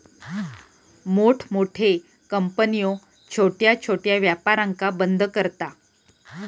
मोठमोठे कंपन्यो छोट्या छोट्या व्यापारांका बंद करता